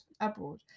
abroad